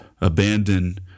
abandon